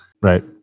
Right